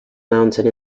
mountain